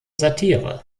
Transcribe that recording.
satire